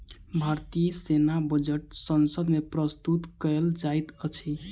भारतीय सेना बजट संसद मे प्रस्तुत कयल जाइत अछि